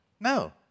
No